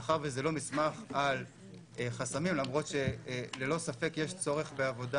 מאחר וזה לא מסמך על חסמים למרות שללא ספק יש צורך בעבודה